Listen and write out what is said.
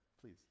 please